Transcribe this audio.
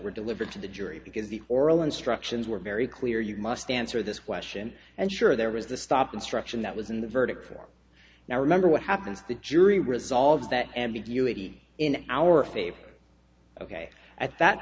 were delivered to the jury because the oral instructions were very clear you must answer this question and sure there was the stop instruction that was in the verdict for now remember what happens the jury resolves that ambiguity in our favor ok at that